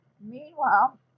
Meanwhile